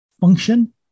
function